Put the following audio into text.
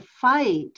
fight